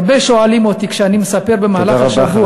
הרבה שואלים אותי כשאני מספר במהלך השבוע,